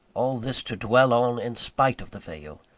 all this to dwell on, in spite of the veil.